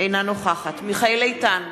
אינה נוכחת מיכאל איתן,